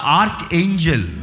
archangel